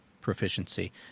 proficiency